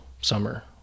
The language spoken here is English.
summer